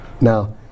Now